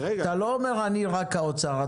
אתה לא אומר: אני רק האוצר.